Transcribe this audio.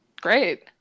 Great